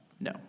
No